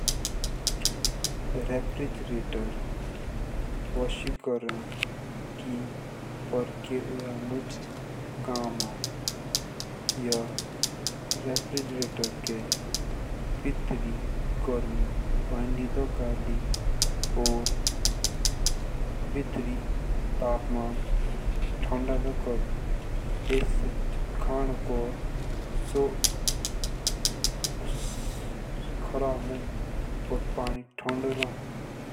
रेफ़्रिजरेटर की प्रक्रिया मुझ काम आओ यह। रेफ़्रिजरेटर के बैटरी गर्मी भैंदी दो गाड़ी और भीतर तापमान ठंडा दो कोरे एस। जो खांको सो क्राब ना होए पानी ठंड़ा रहो।